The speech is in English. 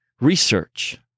research